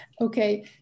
okay